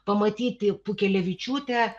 pamatyti pūkelevičiūtę